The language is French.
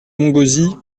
montgauzy